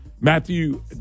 Matthew